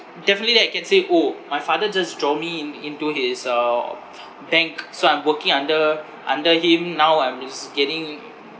definitely then I can say orh my father just draw me in~ into his uh bank so I'm working under under him now I'm just getting